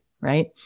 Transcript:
Right